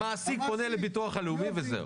המעסיק פונה לביטוח הלאומי וזהו.